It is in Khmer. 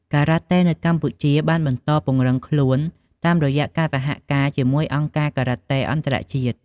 ការ៉ាតេនៅកម្ពុជាបានបន្តពង្រឹងខ្លួនតាមរយៈការសហការជាមួយអង្គការការ៉ាតេអន្តរជាតិ។